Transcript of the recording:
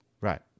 Right